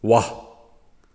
वा